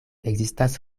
ekzistas